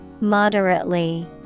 Moderately